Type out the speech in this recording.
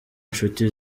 inshuti